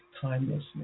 timelessness